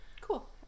cool